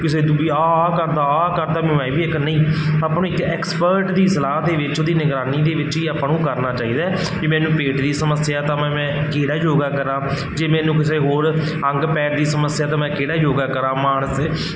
ਕਿਸੇ ਤੂੰ ਵੀ ਆਹ ਆਹ ਕਰਦਾ ਆਹ ਆਹ ਕਰਦਾ ਮੈਂ ਵੀ ਇਹ ਕਰਨੀ ਆਪਾਂ ਨੂੰ ਇੱਕ ਐਕਸਪਰਟ ਦੀ ਸਲਾਹ ਦੇ ਵਿੱਚ ਉਹਦੀ ਨਿਗਰਾਨੀ ਦੇ ਵਿੱਚ ਹੀ ਆਪਾਂ ਨੂੰ ਕਰਨਾ ਚਾਹੀਦਾ ਵੀ ਮੈਨੂੰ ਪੇਟ ਦੀ ਸਮੱਸਿਆ ਤਾਂ ਮੈਂ ਮੈਂ ਕਿਹੜਾ ਯੋਗਾ ਕਰਾਂ ਜੇ ਮੈਨੂੰ ਕਿਸੇ ਹੋਰ ਅੰਗ ਪੈਰ ਦੀ ਸਮੱਸਿਆ ਤਾਂ ਮੈਂ ਕਿਹੜਾ ਯੋਗਾ ਕਰਾਂ ਮਾਨਸਿਕ